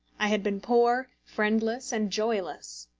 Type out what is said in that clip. i had been poor, friendless, and joyless.